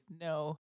no